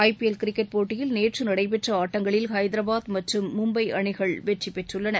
ஐ P L cricket போட்டியில் நேற்று நடைபெற்ற ஆட்டங்களில் ஐதரபாத் மற்றும் மும்பை அணிகள் வெற்றி பெற்றுள்ளன